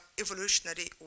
evolutionary